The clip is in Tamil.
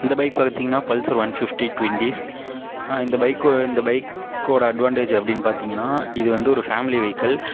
இந்த பைக் பார்த்திங்கனா Pulsar one fifty twin disc இந்த பைக்கு இந்த பைக்கோட அட்வாண்டேஜ் அப்படினு பார்த்திங்கனா இதுவந்து ஒரு ஃபேமிலி வெஹிகல்